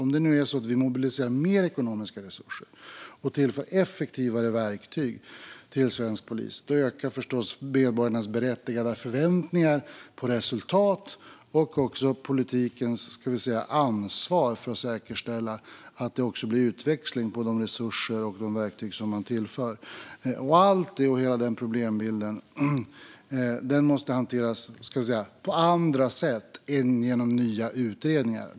Om vi nu mobiliserar mer ekonomiska resurser och tillför effektivare verktyg till svensk polis ökar förstås medborgarnas berättigade förväntningar på resultat och politikens ansvar för att säkerställa att det blir utväxling av de resurser och verktyg man tillför. Allt det och hela den problembilden måste hanteras på andra sätt än genom nya utredningar.